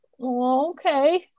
okay